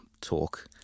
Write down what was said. talk